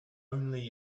only